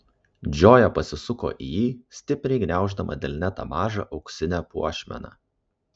džoja pasisuko į jį stipriai gniauždama delne tą mažą auksinę puošmeną